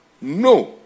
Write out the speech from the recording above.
No